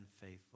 faithful